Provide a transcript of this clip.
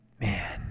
man